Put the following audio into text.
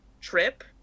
trip